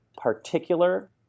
particular